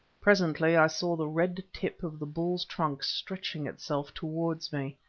presently i saw the red tip of the bull's trunk stretching itself towards me.